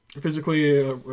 physically